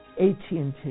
AT&T